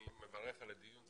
אני מברך על הדיון,